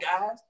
guys